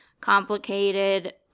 complicated